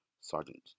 Sergeant